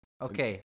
Okay